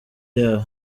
yabo